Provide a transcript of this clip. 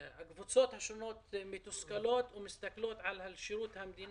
כדי שנוכל לממש את הזכות הבסיסית הזאת של שוויון בשירות המדינה,